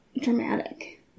Dramatic